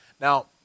Now